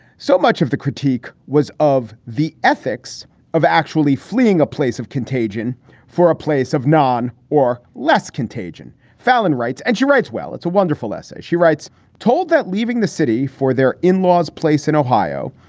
so much of the critique was of the ethics of actually fleeing a place of contagion for a place of non or less contagion. fallon writes and she writes, well, it's a wonderful essay. she writes told that leaving the city for their in-laws place in ohio,